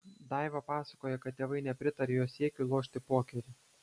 daiva pasakoja kad tėvai nepritarė jos siekiui lošti pokerį